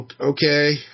okay